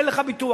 אין לך ביטוח,